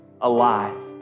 alive